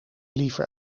liever